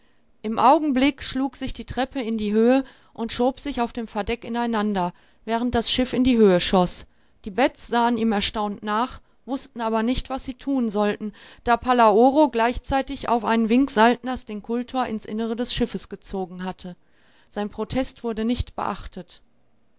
im augenblick schlug sich die treppe in die höhe und schob sich auf dem verdeck ineinander während das schiff in die höhe schoß die beds sahen ihm erstaunt nach wußten aber nicht was sie tun sollten da palaoro gleichzeitig auf einen wink saltners den kultor ins innere des schiffes gezogen hatte sein protest wurde nicht beachtet